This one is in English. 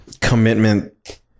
commitment